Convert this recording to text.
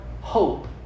hope